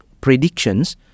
predictions